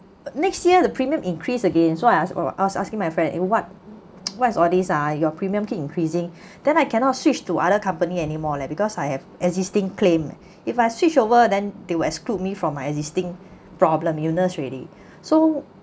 next year the premium increase again so I ask or I was asking my friend eh what what's all this ah your premium keep increasing then I cannot switch to other company anymore leh because I have existing claim if I switch over then they will exclude me from my existing problem illness already so